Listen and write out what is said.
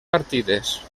partides